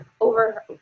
over